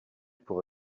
pour